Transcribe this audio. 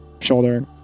shoulder